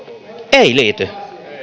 ei liity